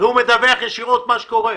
וידווח ישירות מה קורה.